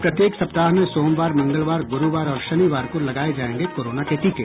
प्रत्येक सप्ताह में सोमवार मंगलवार गुरुवार और शनिवार को लगाये जायेंगे कोरोना के टीके